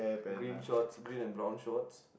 green shorts green and brown shorts